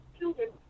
children